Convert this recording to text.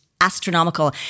astronomical